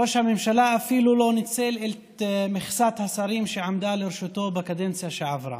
ראש הממשלה אפילו לא ניצל את מכסת השרים שעמדה לרשותו בקדנציה שעברה.